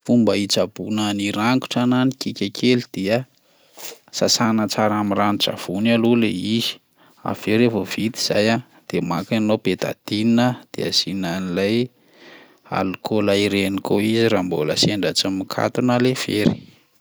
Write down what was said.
Fomba hitsaboana ny rangotra na ny kika kely dia: sasana tsara amin'ny ranon-tsavony aloha lay izy, avy eo raha vao vita zay a de maka ianao bétadina de asiana an'ilay alikaola ireny koa izy raha mbola sendra tsy mikatona lay fery.